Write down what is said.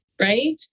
right